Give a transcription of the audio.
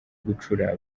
gucura